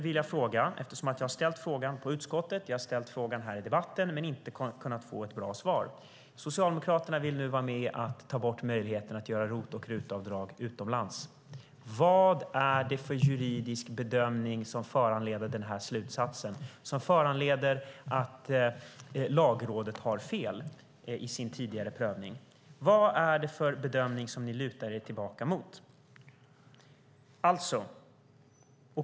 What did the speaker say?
Nästa fråga har jag ställt i utskottet och här i debatten men inte fått något bra svar på. Socialdemokraterna vill nu vara med och ta bort möjligheten att göra ROT och RUT-avdrag utomlands. Vilken juridisk bedömning föranleder den slutsatsen att Lagrådet har fel i sin tidigare prövning? Vilken bedömning lutar ni er emot?